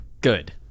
good